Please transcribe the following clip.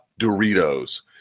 doritos